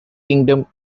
kingdom